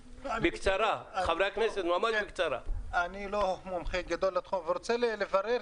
אני לא מומחה גדול לתחום אבל רוצה לברר,